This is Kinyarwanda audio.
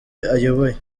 ayoboye